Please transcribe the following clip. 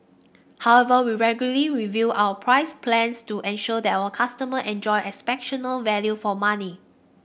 however we regularly review our price plans to ensure that our customer enjoy exceptional value for money